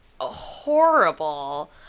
horrible